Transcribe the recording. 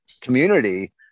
community